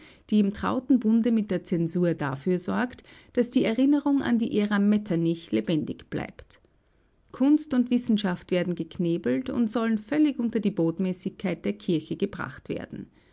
die im trauten bunde mit der zensur dafür sorgt daß die erinnerung an die ära metternich lebendig bleibt kunst und wissenschaft werden geknebelt und sollen völlig unter die botmäßigkeit der kirche gebracht werden